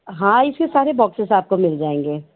हाँ ऐसे सारे बॉक्सेस आपको मिल जाएंगे